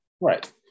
Right